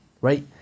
right